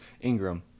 Ingram